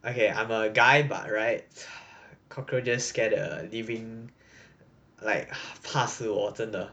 okay I'm a guy but right cockroaches scare the living like 怕死我真的